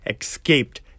escaped